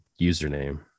username